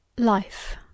life